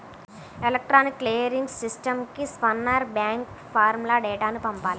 electronic clearing సిస్టమ్కి sponsor bank ఫారమ్లో డేటాను పంపాలి